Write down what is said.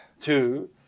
two